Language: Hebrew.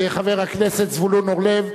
חבר הכנסת זבולון אורלב,